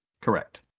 Correct